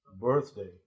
birthday